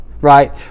right